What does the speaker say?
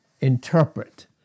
interpret